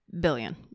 billion